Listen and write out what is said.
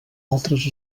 altres